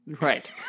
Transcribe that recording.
Right